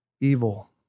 evil